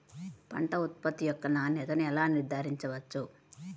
పంట ఉత్పత్తి యొక్క నాణ్యతను ఎలా నిర్ధారించవచ్చు?